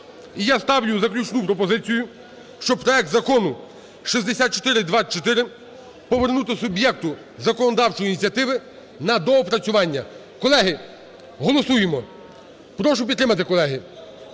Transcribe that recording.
я ставлю заключну пропозицію, щоб проект Закону 6424 повернути суб'єкту законодавчої ініціативи на доопрацювання. Колеги, голосуємо, прошу підтримати, колеги,